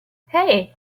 hey